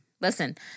listen